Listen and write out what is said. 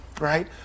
right